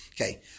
Okay